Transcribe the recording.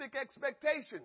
expectations